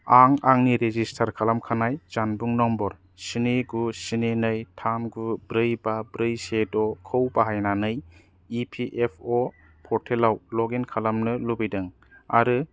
आं आंनि रेजिस्थार खालामखानाय जानबुं नम्बर स्नि गु स्नि नै थाम गु ब्रै बा ब्रै से द' खौ बाहायनानै इपिएफअ पर्टेलाव लगइन खालामनो लुबैदों आरो